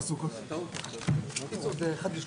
הישיבה ננעלה בשעה 12:11.